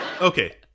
Okay